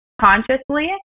consciously